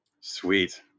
sweet